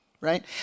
right